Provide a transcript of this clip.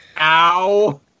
Ow